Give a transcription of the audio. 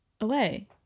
away